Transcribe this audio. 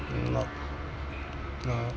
nope no